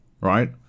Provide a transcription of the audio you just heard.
Right